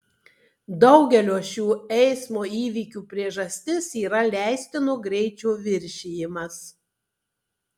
daugelio šių eismo įvykių priežastis yra leistino greičio viršijimas